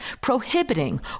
prohibiting